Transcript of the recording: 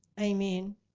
Amen